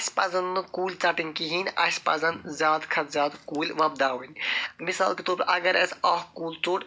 اَسہِ پَزَن نہٕ کُلۍ ژَٹٕنۍ کِہیٖنۍ اَسہِ پَزَن زیادٕ کھۄتہٕ زیادٕ کُلۍ ووٚبداوٕنۍ مِثال کے طور پر اگر اَسہِ اکھ کُل ژوٚٹ